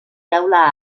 teula